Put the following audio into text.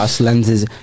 lenses